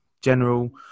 general